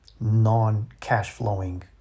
non-cash-flowing